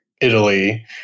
Italy